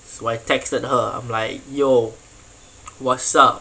so I texted her I'm like yo what's up